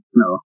no